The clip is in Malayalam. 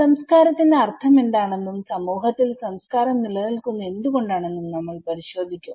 സംസ്കാരത്തിന്റെ അർത്ഥമെന്താണെന്നും സമൂഹത്തിൽ സംസ്കാരം നിലനിൽക്കുന്നത് എന്തുകൊണ്ടാണെന്നും നമ്മൾ പരിശോധിക്കും